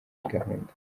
gahunda